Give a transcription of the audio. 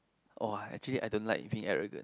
oh actually I don't like being arrogant